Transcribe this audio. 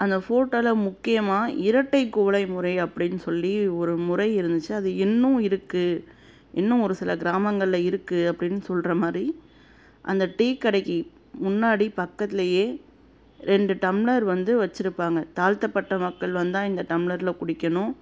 அந்த ஃபோட்டோவில் முக்கியமாக இரட்டைக் குவளை முறை அப்படின்னு சொல்லி ஒரு முறை இருந்துச்சு அது இன்னும் இருக்குது இன்னும் ஒரு சில கிராமங்களில் இருக்குது அப்படின்னு சொல்கிற மாதிரி அந்த டீக்கடைக்சு முன்னாடி பக்கத்துலேயே ரெண்டு டம்ளர் வந்து வெச்சுருப்பாங்க தாழ்த்தப்பட்ட மக்கள் வந்தால் இந்த டம்ளரில் குடிக்கணும்